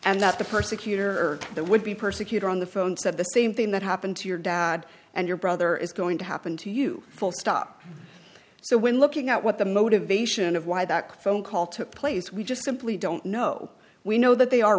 that the persecutor that would be persecutor on the phone said the same thing that happened to your dad and your brother is going to happen to you full stop so we're looking at what the motivation of why that phone call took place we just simply don't know we know that they are